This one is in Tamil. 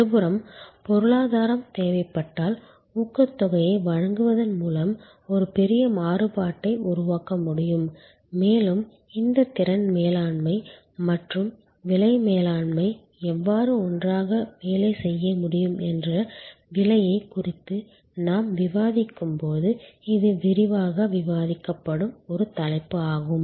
மறுபுறம் பொருளாதாரம் தேவைப்பட்டால் ஊக்கத்தொகையை வழங்குவதன் மூலம் ஒரு பெரிய மாறுபாட்டை உருவாக்க முடியும் மேலும் இந்த திறன் மேலாண்மை மற்றும் விலை மேலாண்மை எவ்வாறு ஒன்றாக வேலை செய்ய முடியும் என்ற விலையைக் குறித்து நாம் விவாதிக்கும்போது இது விரிவாக விவாதிக்கப்படும் ஒரு தலைப்பு ஆகும்